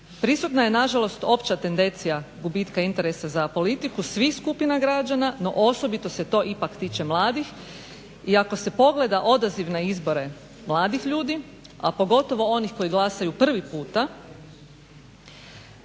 Prisutna je nažalost opća tendencija gubitka interesa za politiku svih skupina građana, no osobito se to ipak tiče mladih iako se pogleda odaziv na izbore mladih ljudi, a pogotovo onih koji glasaju prvi puta,